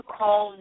call